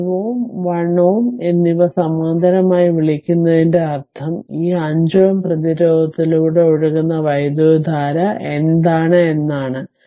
5 Ω 1 Ω എന്നിവ സമാന്തരമായി വിളിക്കുന്നതിന്റെ അർത്ഥം ഈ 5 Ω പ്രതിരോധത്തിലൂടെ ഒഴുകുന്ന വൈദ്യുതധാര എന്താണ് എന്നാണ്